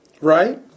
Right